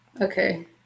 okay